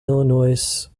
illinois